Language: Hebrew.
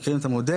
מנהלי המסגרות,